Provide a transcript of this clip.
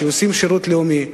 שעושים שירות לאומי,